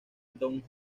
don